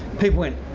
people went, ah,